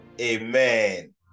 Amen